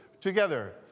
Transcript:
together